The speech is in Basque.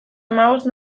hamabost